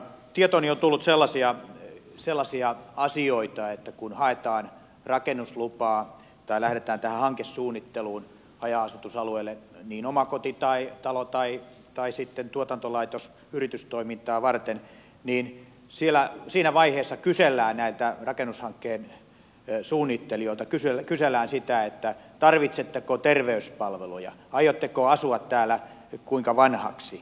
tietooni on tullut sellaisia asioita että kun haetaan rakennuslupaa tai lähdetään tähän hankesuunnitteluun haja asutusalueille omakotitalo tai sitten tuotantolaitos yritystoimintaa varten niin siellä siinä vaiheessa kysellään näiltä rakennushankkeen suunnittelijoilta sitä tarvitsetteko terveyspalveluja aiotteko asua täällä kuinka vanhaksi